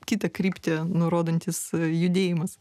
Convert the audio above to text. kitą kryptį nurodantis judėjimas